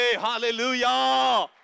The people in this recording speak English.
hallelujah